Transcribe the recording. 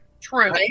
True